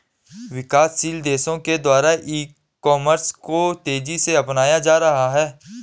विकासशील देशों के द्वारा ई कॉमर्स को तेज़ी से अपनाया जा रहा है